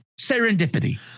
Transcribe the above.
serendipity